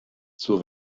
zur